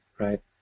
right